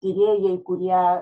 tyrėjai kurie